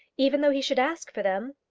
even though he should ask for them?